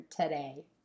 today